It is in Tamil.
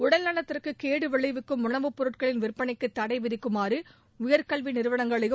உடல் நலத்திற்கு கேடு விளைவிக்கும் உணவுப் பொருட்களின் விற்பனைக்கு தடை விதிக்குமாறு உயர்கல்வி நிறுவனங்களையும்